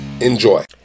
Enjoy